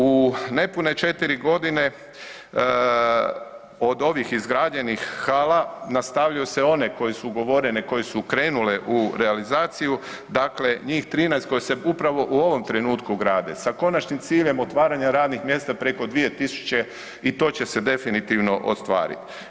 U nepune 4 g. od ovih izgrađenih hala, nastavljaju se one koje su ugovorene, koje su krenule u realizaciju, dakle njih 13 koje se upravo u ovom trenutku grade sa konačnim ciljem otvaranja radnih mjesta preko 2000, i to će se definitivno ostvariti.